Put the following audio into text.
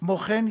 כמו כן,